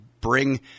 bring